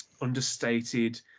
understated